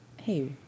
hey